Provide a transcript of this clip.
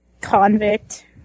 convict